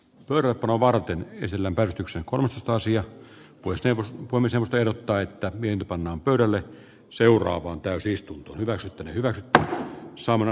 kartanoa varten vesilämpäretyksen kolmesataasia kuisteilla oli sen vertaa että minut pannaan pöydälle seuraavaan täysistuntoon nyt kuulemma on joitain johdannaisia